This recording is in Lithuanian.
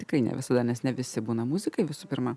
tikrai ne visada nes ne visi būna muzikai visų pirma